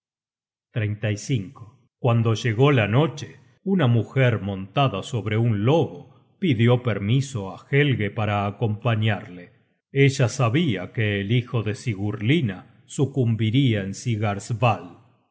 search generated at cuando llegó la noche una mujer montada sobre un lobo pidió permiso á helge para acompañarle ella sabia que el hijo de sigurlinna sucumbiria en